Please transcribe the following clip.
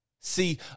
See